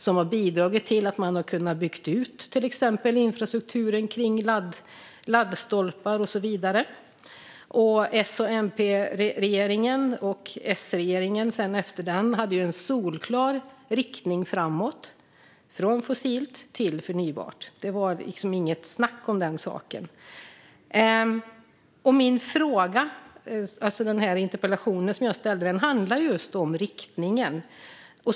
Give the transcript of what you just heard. Det har bidragit till att man till exempel har kunnat bygga ut infrastrukturen med laddstolpar och så vidare. S och MP-regeringen och sedan S-regeringen efter den hade en solklar riktning framåt från fossilt till förnybart. Det var inget snack om den saken. Den interpellation som jag ställt handlar just om riktningen.